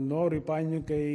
norui panikai